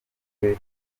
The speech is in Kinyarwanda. rwe